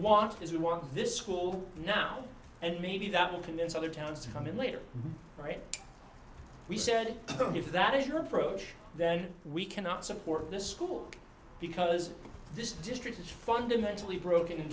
is we want this school now and maybe that will convince other towns to come in later right we said if that is your approach then we cannot support this school because this district is fundamentally broken in